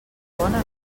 bona